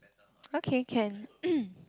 okay can